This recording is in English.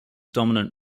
dominant